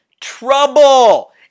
trouble